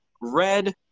red